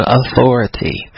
authority